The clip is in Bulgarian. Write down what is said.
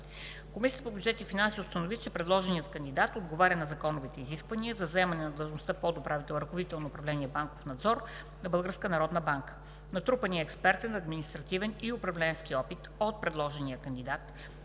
Комисията по бюджет и финанси установи, че предложеният кандидат отговаря на законовите изисквания за заемане на длъжността подуправител – ръководител на управление „Банков надзор“ на Българската народна банка. Натрупаният експертен, административен и управленски опит от предложения кандидат,